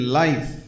life